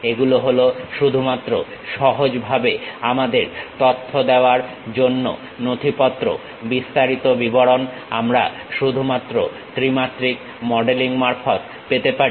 এগুলো হল শুধুমাত্র সহজভাবে আমাদের তথ্য দেওয়ার জন্য নথিপত্র বিস্তারিত বিবরণ আমরা শুধুমাত্র ত্রিমাত্রিক মডেলিং মারফত পেতে পারি